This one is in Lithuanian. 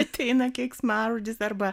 ateina keiksmažodis arba